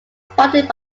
spotted